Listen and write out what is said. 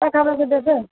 ପାଖାପାଖି ଦେବେ